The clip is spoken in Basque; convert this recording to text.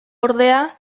ordea